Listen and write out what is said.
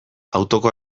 autoko